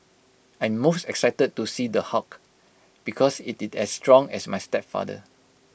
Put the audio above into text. I'm most excited to see the Hulk because IT is as strong as my stepfather